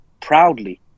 proudly